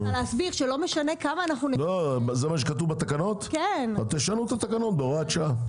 משנה כמה- -- זה מה שכתוב בתקנות אז תשנו את התקנות בהוראת שעה.